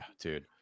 dude